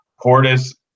portis